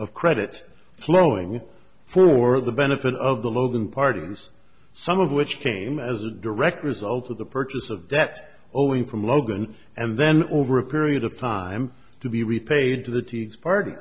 of credit flowing for the benefit of the logan parties some of which came as a direct result of the purchase of debt owing from logan and then over a period of time to be repaid to the tea party